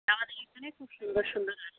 আমাদের এইখানে খুব সুন্দর সুন্দর আসে